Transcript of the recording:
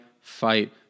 fight